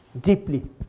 deeply